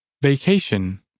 Vacation